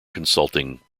consulting